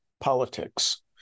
politics